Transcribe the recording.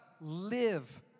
live